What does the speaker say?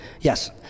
yes